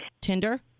tinder